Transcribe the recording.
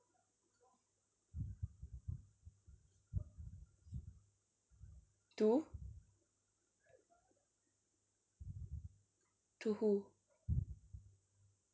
to to who